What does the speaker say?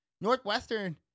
Northwestern